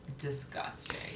Disgusting